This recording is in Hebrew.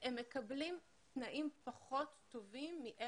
הם מקבלים תנאים פחות טובים.